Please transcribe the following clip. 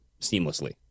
seamlessly